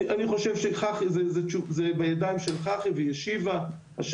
אני חושב שזה בידיים של חח"י והיא השיבה.